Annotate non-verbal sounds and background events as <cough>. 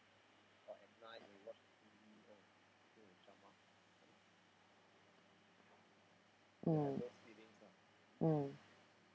<noise> mm mm